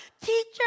teacher